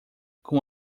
com